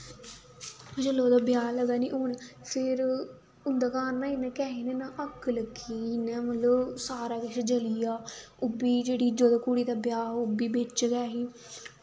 जुल्लै ओह्दा ब्याह् लगा नी होन फिर उं'दे घर ना इ'यां ना कैहै कन्नै ना अग्ग लग्गी गेई इ'यां मतलब सारा किश जली गेआ उब्बी जेह्ड़ी जिस कुड़ी दी ब्याह् हा ओह् बी बिच्च गै ही